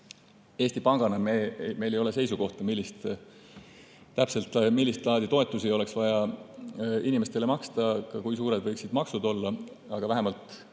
Eesti Pangana ei ole meil seisukohta, millist laadi toetusi oleks vaja inimestele maksta või kui suured võiksid maksud olla. Aga vähemalt